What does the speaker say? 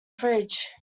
fridge